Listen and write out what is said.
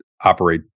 operate